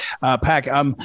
pack